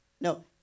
No